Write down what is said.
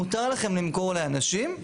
מותר לכם למכור לאנשים,